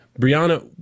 Brianna